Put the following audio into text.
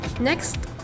next